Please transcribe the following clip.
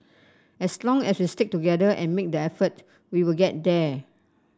as long as we stick together and make the effort we will get there